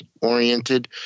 oriented